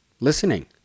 listening